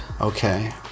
Okay